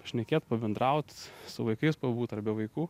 pašnekėt pabendraut su vaikais pabūt ar be vaikų